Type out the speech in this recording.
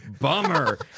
Bummer